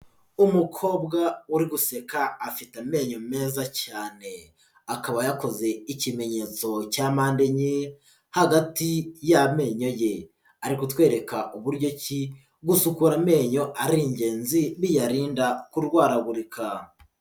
Umukobwa uri guseka, afite amenyo meza cyane, akaba yakoze ikimenyetso cya mpande enye, hagati y'amenyo ye. Ari kutwereka uburyo ki, gucukura amenyo ari ingenzi, biyarinda kurwaragurika.